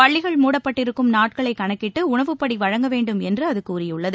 பள்ளிகள் மூடப்பட்டிருக்கும் நாட்களை கணக்கிட்டு உணவுப்படி வழங்க வேண்டும் என்று அது கூறியுள்ளது